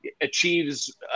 achieves